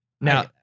now